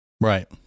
right